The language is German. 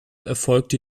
erfolgte